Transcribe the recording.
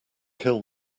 kill